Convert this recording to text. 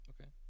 Okay